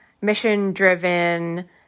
mission-driven